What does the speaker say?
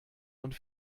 und